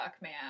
man